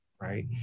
right